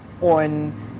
on